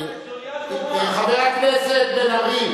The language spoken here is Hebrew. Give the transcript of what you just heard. ג'וליאנו מר,